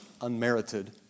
unmerited